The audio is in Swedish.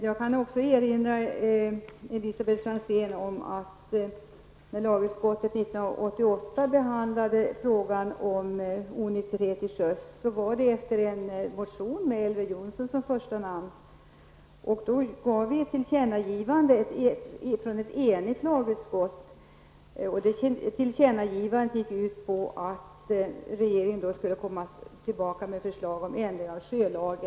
Jag kan erinra Elisabet Franzén om att lagutskottet 1988 med anledning av en motion med Elver Jonsson såsom första namn behandlade frågan om onykterhet till sjöss. Då ville ett enigt lagutskott göra ett tillkännagivande om att regeringen skulle utarbeta ett förslag om ändring av sjölagen.